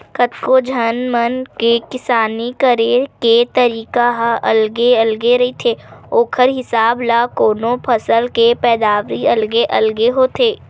कतको झन मन के किसानी करे के तरीका ह अलगे अलगे रहिथे ओखर हिसाब ल कोनो फसल के पैदावारी अलगे अलगे होथे